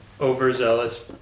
overzealous